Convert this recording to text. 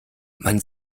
man